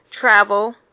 Travel